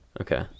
Okay